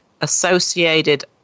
associated